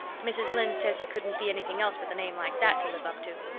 mrs. lynde says he couldn't be anything else with a name like that to live up to.